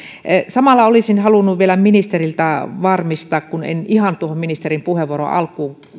samalla olisin halunnut vielä ministeriltä varmistaa kun en ihan tuohon ministerin puheenvuoron alkuun